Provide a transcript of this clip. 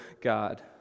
God